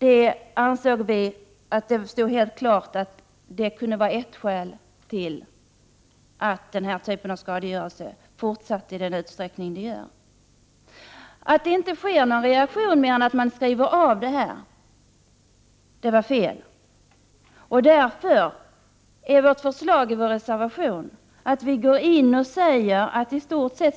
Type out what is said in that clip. Vi ansåg att detta helt klart kunde vara en orsak till att denna typ av skadegörelse fortsätter i den utsträckning som nu sker. Det är fel att det inte blir någon annan reaktion än att man avskriver fallet. I vår reservation föreslår vi därför att åtalsunderlåtelse i stort sett